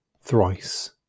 thrice